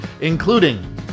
including